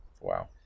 Wow